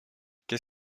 qu’est